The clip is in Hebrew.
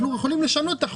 אנחנו יכולים לשנות את החוק.